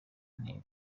ntego